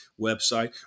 website